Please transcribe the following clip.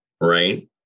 right